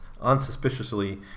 unsuspiciously